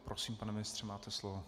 Prosím, pane ministře, máte slovo.